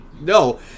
no